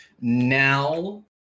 now